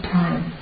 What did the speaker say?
time